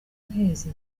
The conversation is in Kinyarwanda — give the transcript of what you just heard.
nk’izi